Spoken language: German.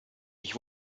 ich